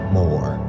more